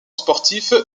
sportif